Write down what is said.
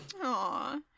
Aw